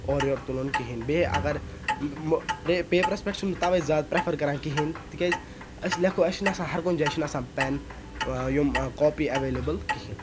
اورٕ یورٕ تُلُن کِہیٖنۍ تنہٕ بیٚیہِ اَگَر پیپرَس پیٹھ چھُنہٕ تَوے زیادٕ پرٮ۪فَر کَران کہیٖنۍ نہٕ تکیازِ أسۍ لٮ۪کھو اَسہِ چھُنہٕ آسان ہَر کُنہِ جایہِ چھُنہٕ آسان پٮ۪ن یُم کاپی ایویلیبِل کِہیٖنۍ